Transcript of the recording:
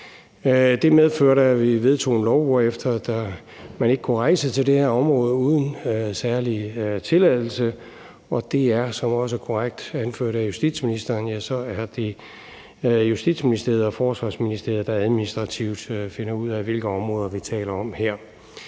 Det medførte, at vi vedtog et lovforslag, hvorefter man ikke kunne rejse til det her område uden særlig tilladelse, og det er, som det også blev korrekt anført af justitsministeren, Justitsministeriet og Forsvarsministeriet, der administrativt finder ud af, hvilke områder vi taler om her.